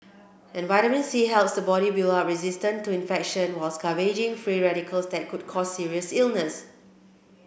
and vitamin C helps the body build up resistance to infection while scavenging free radicals that could cause serious illness